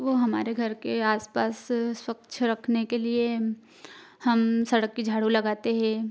वो हमारे घर के आस पास स्वच्छ रखने के लिए हम सड़क की झाडू लगाते हैं